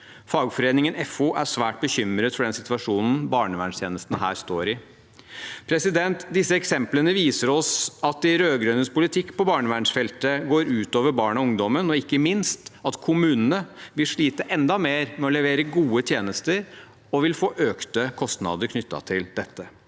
Fagforeningen FO er svært bekymret for den situasjonen barnevernstjenestene her står i. Disse eksemplene viser oss at de rød-grønnes politikk på barnevernsfeltet går ut over barn og ungdom, og ikke minst at kommunene vil slite enda mer med å levere gode tjenester og vil få økte kostnader knyttet til dette.